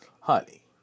Honey